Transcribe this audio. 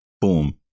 Boom